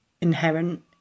inherent